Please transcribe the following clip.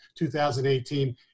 2018